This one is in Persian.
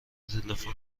تلفن